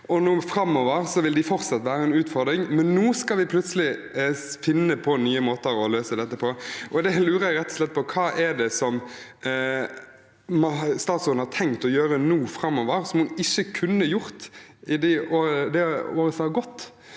og nå framover vil de fortsatt være en utfordring, men nå skal man plutselig finne på nye måter å løse dem på. Da lurer jeg rett og slett på: Hva har statsråden tenkt å gjøre nå framover, som hun ikke kunne gjort i det året som er gått?